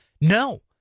No